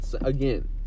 again